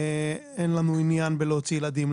אין לנו עניין בלהוציא ילדים.